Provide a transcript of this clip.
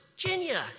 Virginia